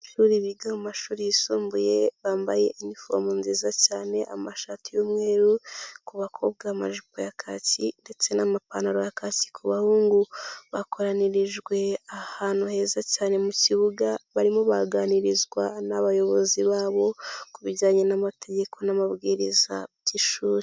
Abanyeshuri biga mu mashuri yisumbuye, bambaye inifomu nziza cyane, amashati y'umweru, ku bakobwa amajipo ya kaki ndetse n'amapantaro ya kaki ku bahungu, bakoranirijwe ahantu heza cyane mu kibuga, barimo baraganirizwa n'abayobozi babo, ku bijyanye n'amategeko n'amabwiriza by'ishuri.